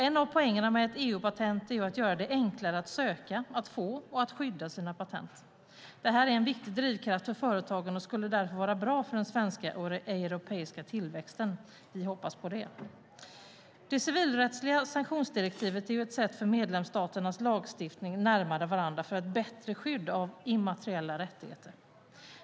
En av poängerna med ett EU-patent är att göra det enklare att söka, att få och att skydda sina patent. Det här är en viktig drivkraft för företagen och skulle därför vara bra för den svenska och den europeiska tillväxten. Vi hoppas på det. Det civilrättsliga sanktionsdirektivet är ett sätt att föra medlemsstaternas lagstiftningar närmare varandra för ett bättre skydd av immateriella rättigheter.